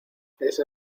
eso